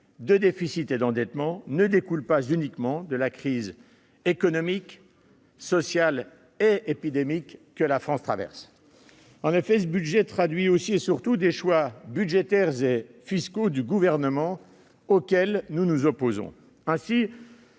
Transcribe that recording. de déficit et d'endettement, ne découlent pas uniquement de la crise épidémique, sociale et économique que la France traverse. En effet, ce budget traduit aussi et surtout des choix budgétaires et fiscaux du Gouvernement auxquels nous nous opposons.